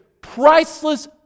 priceless